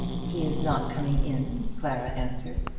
he is not coming in, clara answered.